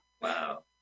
Wow